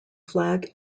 flag